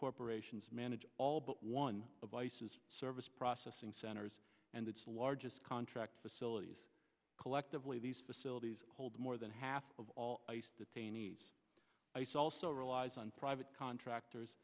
corporations manage all but one of vices service processing centers and its largest contract facilities collectively these facilities hold more than half of all ice detainees ice also relies on private contractors